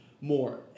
more